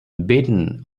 beaten